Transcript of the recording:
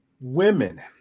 Women